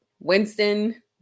Winston